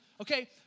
Okay